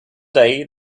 day